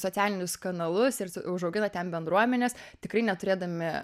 socialinius kanalus ir užaugina ten bendruomenes tikrai neturėdami